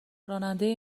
راننده